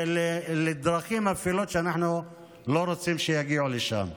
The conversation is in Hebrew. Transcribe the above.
בדרכים אפלות שאנחנו לא רוצים שיגיעו לשם.